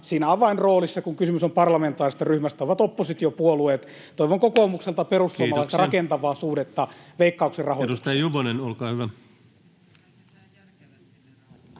Siinä avainroolissa, kun kysymys on parlamentaarisesta ryhmästä, ovat oppositiopuolueet. [Puhemies huomauttaa ajasta] Toivon kokoomukselta ja perussuomalaisilta rakentavaa suhdetta Veikkauksen rahoitukseen.